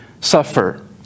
suffer